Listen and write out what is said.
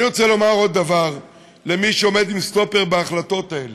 אני רוצה לומר עוד דבר למי שעומד עם סטופר בהחלטות האלה: